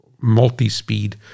multi-speed